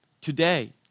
today